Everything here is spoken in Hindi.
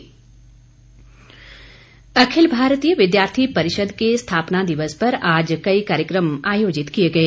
एबीवीपी अखिल भारतीय विद्यार्थी परिषद के स्थापना दिवस पर आज कई कार्यकम आयोजित किए गए